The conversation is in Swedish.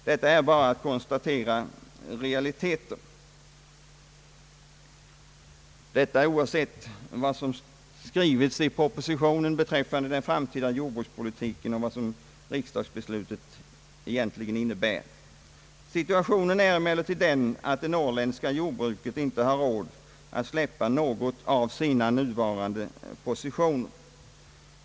Detta är bara att konstatera som realiteter, oavsett vad som skrivits i propositionen om den framtida jordbrukspolitiken och oavsett vad riksdagsbeslutet egentligen innebär. Situationen är emellertid den att det norrländska jordbruket inte har råd att släppa någon av sina nuvarande positioner.